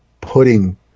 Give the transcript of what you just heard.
putting